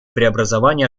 преобразования